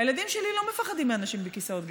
הילדים שלי לא מפחדים מאנשים בכיסאות גלגלים,